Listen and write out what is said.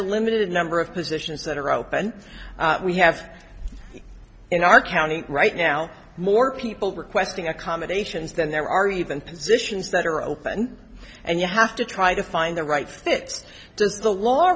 a limited number of positions that are open we have in our county right now more people requesting accommodations than there are even positions that are open and you have to try to find the right fit does the law